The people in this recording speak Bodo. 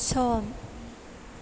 सम